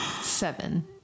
Seven